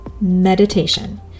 meditation